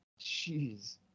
Jeez